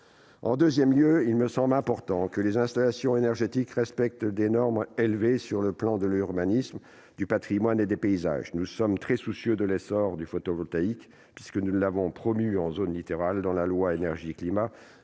En deuxième lieu, il me semble important que les installations énergétiques respectent des normes rigoureuses sur le plan de l'urbanisme, du patrimoine ou des paysages. Nous sommes très soucieux de l'essor du photovoltaïque, que nous avons promu en zone littorale dans la loi Énergie-climat